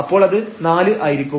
അപ്പോൾ അത് 4 ആയിരിക്കും